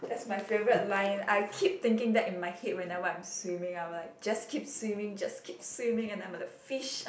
that's my favourite line I keep thinking that in my head whenever I'm swimming I will like just keep swimming just keep swimming and I'm like a fish